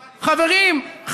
חברים,